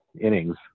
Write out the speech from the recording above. innings